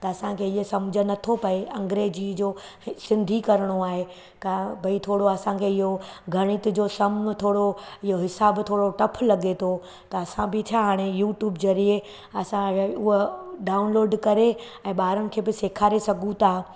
त असांखे इहे सम्झि नथो पए अंग्रेजी जो सिंधी करणो आहे कोई भई थोरो असांखे इहो गणित जो सम थोरो इहो हिसाब थोरो टफ़ लॻे थो त असां बि छा हाणे यूट्यूब ज़रिए असां उहो डाउनलोड करे ऐं ॿारनि खे बि सेखारे सघूं था